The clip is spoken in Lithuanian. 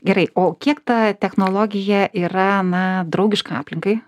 gerai o kiek ta technologija yra na draugiška aplinkai